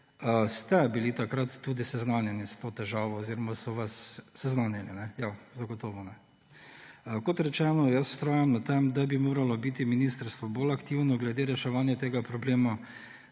ste bili takrat tudi seznanjeni s to težavo oziroma so vas seznanili? Zagotovo ne. Kot rečeno, vztrajam na tem, da bi moralo biti ministrstvo bolj aktivno glede reševanja tega problema.